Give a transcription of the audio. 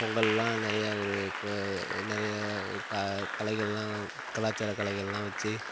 பொங்கல்லாம் நிறையா ஒரு நிறையா கலைகள்லாம் கலாச்சார கலைகள்லாம் வச்சு